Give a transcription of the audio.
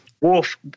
Wolf